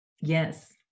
Yes